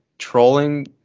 trolling